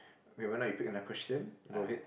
okay why not you pick another question go ahead